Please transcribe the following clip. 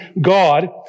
God